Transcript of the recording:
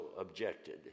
objected